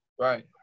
Right